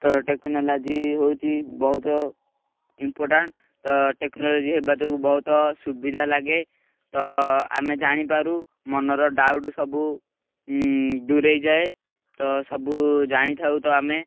ତ ଟେକ୍ନୋଲୋଜି ହେଉଛି ବହୁତ ଇମ୍ପୋର୍ଟାଣ୍ଟ ତ ଟେକ୍ନୋଲୋଜି ହେବା ଯୋଗୁଁ ବହୁତ ସୁବିଧା ଲାଗେ ତ ଆମେ ଜାଣିପାରୁ ମନର ଡ଼ାଉଟ୍ ସବୁ ଦୂରେଇଯାଏ ତ ସବୁ ଜାଣିଥାଉ ତ ଆମେ